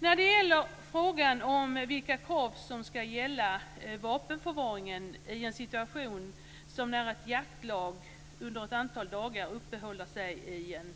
När det gäller frågan om vilka krav som ska gälla för vapenförvaringen i en situation när ett jaktlag under ett antal dagar uppehåller sig i en